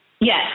Yes